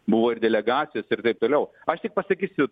buvo ir delegacijos ir taip toliau aš tik pasakysiu